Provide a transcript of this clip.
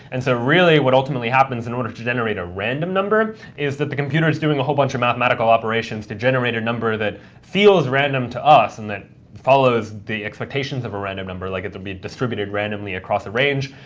and so really what ultimately happens in order to generate a random number is that the computer is doing a whole bunch of mathematical operations to generate a number that feels random to us, and that follows the expectations of a random number, like it will be distributed randomly across a range.